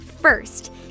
First